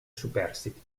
superstiti